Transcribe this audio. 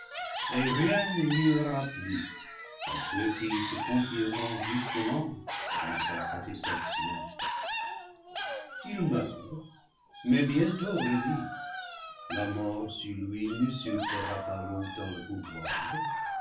rien ne nuira plus à ceux qui se confieront justement dans sa satisfaction il meurt mais bientôt revit la mort sur lui n'usurpera pas longtemps le pouvoir